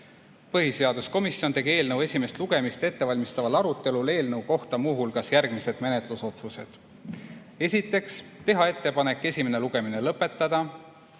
Põhiseaduskomisjon tegi eelnõu esimest lugemist ette valmistaval arutelul eelnõu kohta muu hulgas järgmised menetlusotsused. Esiteks, teha ettepanek esimene lugemine lõpetada.